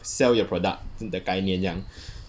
sell your product 的概念这样